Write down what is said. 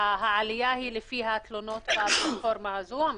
העלייה היא לפי התלונות בפלטפורמה הזו המקוונת?